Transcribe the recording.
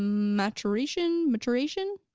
maturation? maturation?